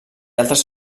altres